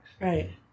Right